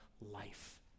life